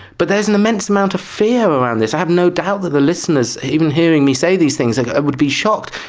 but there is an immense amount of fear around this. i have no doubt that the listeners even hearing me say these things, like they would be shocked.